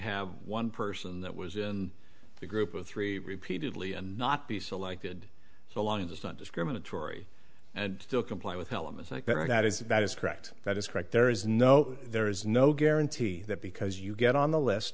have one person that was in the group of three repeatedly and not be selected so long as it's not discriminatory and still comply with elements like that or not is about is correct that is correct there is no there is no guarantee that because you get on the lest